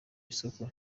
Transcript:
isoko